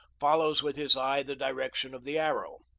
follows with his eye the direction of the arrow.